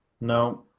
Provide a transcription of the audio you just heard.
No